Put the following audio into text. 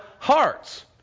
hearts